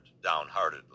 downheartedly